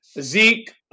Zeke